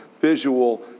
visual